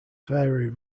vary